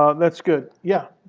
ah that's good. yeah?